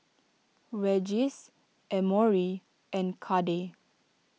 Regis Emory and Cade